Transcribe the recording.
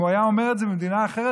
אם הוא היה אומר את זה במדינה אחרת,